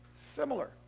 Similar